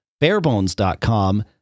barebones.com